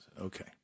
Okay